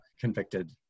convicted